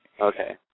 Okay